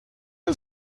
wir